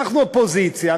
אנחנו אופוזיציה,